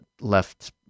left